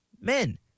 men